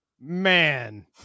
man